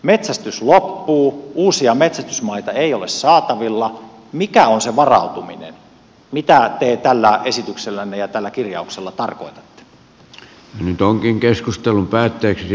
metsästys loppuu uusia metsästysmaita ei ole saatavilla mikä on se varautuminen mitä te tällä esityksellänne ja tällä kirjauksella tarkoitatte